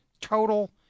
total